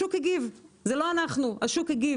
השוק הגיב, לא אנחנו אלא השוק.